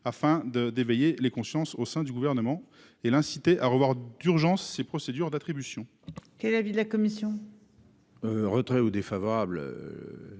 afin de d'éveiller les consciences au sein du gouvernement et l'inciter à revoir d'urgence ses procédures d'attribution. Qu'est l'avis de la commission. Retrait ou défavorables,